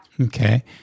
Okay